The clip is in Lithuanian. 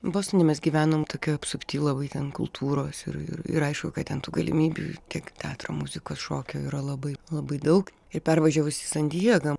bostone mes gyvenom tokioj apsupty labai ten kultūros ir ir ir aišku kad ten tų galimybių tiek teatro muzikos šokio yra labai labai daug ir pervažiavus į san diegą